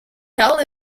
held